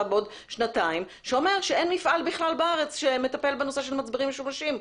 בעוד שנתיים שאומר שאין בכלל בארץ מפעל שמטפל בנושא של מצבים משומשים.